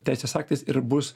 teisės aktais ir bus